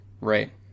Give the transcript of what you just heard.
Right